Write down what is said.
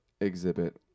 exhibit